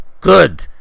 good